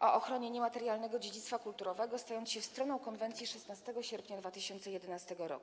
o ochronie niematerialnego dziedzictwa kulturowego, stając się stroną konwencji 16 sierpnia 2011 r.